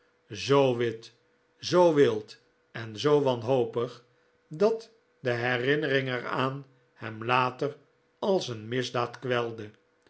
zoo wit zoo wild en zoo wanhopig dat de herinnering er aan hem later als een misdaad kwelde